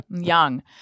Young